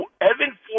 Evan